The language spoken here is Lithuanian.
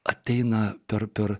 ateina per per